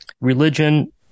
Religion